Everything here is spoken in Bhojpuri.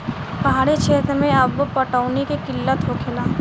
पहाड़ी क्षेत्र मे अब्बो पटौनी के किल्लत होखेला